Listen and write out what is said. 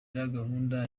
gahunda